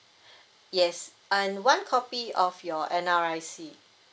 yes and one copy of your N_R_I_C